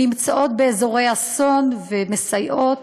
הן נמצאות באזורי אסון ומסייעות,